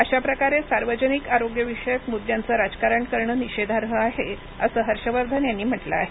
अशा प्रकारे सार्वजनिक आरोग्यविषयक मुद्यांचं राजकारण करण निषेधार्ह आहे असं हर्ष वर्धन यांनी म्हटलं आहे